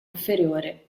inferiore